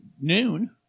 noon